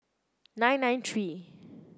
nine nine three